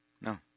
No